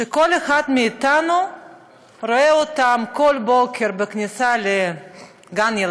שכל אחד מאתנו רואה אותם כל בוקר בכניסה לגן-ילדים,